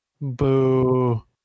boo